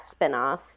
spinoff